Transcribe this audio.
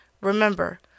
Remember